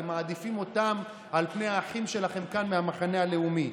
אתם מעדיפים אותם על פני האחים שלכם כאן מהמחנה הלאומי.